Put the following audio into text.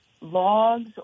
logs